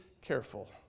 careful